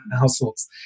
households